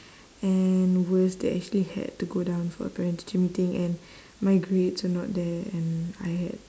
and worse they actually had to go down for a parent teacher meeting and my grades were not there and I had